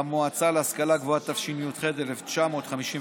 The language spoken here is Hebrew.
המועצה להשכלה גבוהה, התשי"ח 1958,